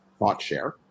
ThoughtShare